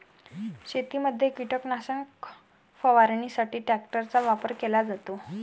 शेतीमध्ये कीटकनाशक फवारणीसाठी ट्रॅक्टरचा वापर केला जातो